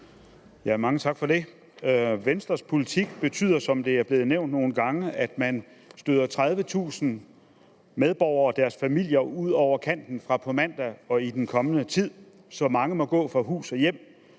Mange tak for det. Venstres politik betyder, som det er blevet nævnt nogle gange, at man støder 30.000 medborgere og deres familier ud over kanten fra på mandag og i den kommende tid derefter, så mange må gå fra hus og hjem